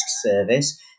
service